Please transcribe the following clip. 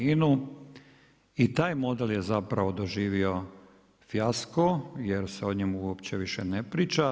I taj model je zapravo doživio fijasko jer se o njemu uopće više ne priča.